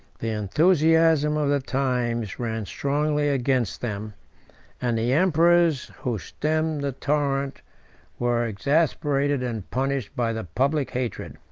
the enthusiasm of the times ran strongly against them and the emperors who stemmed the torrent were exasperated and punished by the public hatred.